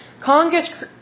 Congress